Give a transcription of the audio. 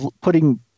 putting